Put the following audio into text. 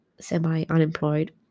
semi-unemployed